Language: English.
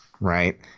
right